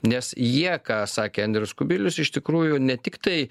nes jie ką sakė andrius kubilius iš tikrųjų ne tiktai